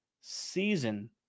season